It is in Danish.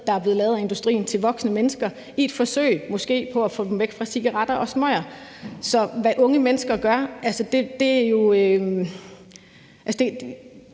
der er blevet lavet af industrien til voksne mennesker i et forsøg på måske at få dem væk fra cigaretter og smøger. I min optik handler det jo mere